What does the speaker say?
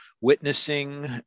witnessing